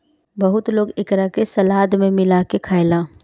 बहुत लोग एकरा के सलाद में मिला के खाएला